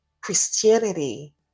Christianity